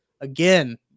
Again